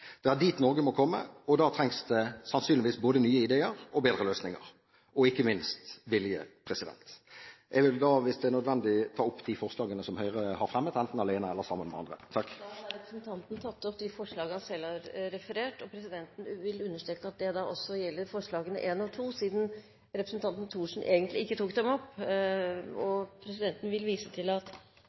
Det er dit Norge må komme, og da trengs det sannsynligvis både nye ideer, bedre løsninger og – ikke minst – vilje. Jeg vil da, hvis det er nødvendig, ta opp de forslagene som Høyre har fremmet – enten alene eller sammen med andre. Representanten Henning Warloe har tatt opp de forslagene han refererte til. Presidenten vil understreke at det også gjelder forslagene nr. 1 og 2, siden representanten Thorsen egentlig ikke tok dem opp. Presidenten vil vise til at